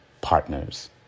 partners